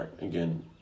again